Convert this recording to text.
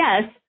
yes